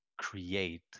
create